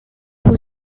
who